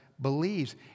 believes